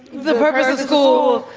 the purpose of school,